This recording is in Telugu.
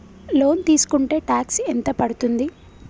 లోన్ తీస్కుంటే టాక్స్ ఎంత పడ్తుంది?